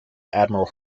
admiral